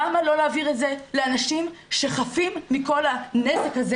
למה לא להעביר את זה לאנשים שחפים מכל הנזק הזה